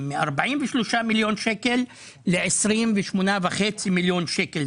מ-43 למיליון שקל ל-28.5 מיליון שקל.